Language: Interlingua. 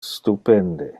stupende